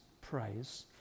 praise